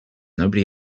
nobody